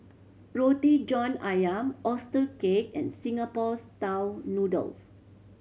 Roti John Ayam oyster cake and Singapore Style Noodles